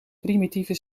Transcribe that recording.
primitieve